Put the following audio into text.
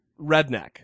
Redneck